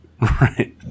Right